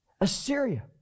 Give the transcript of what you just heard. Assyria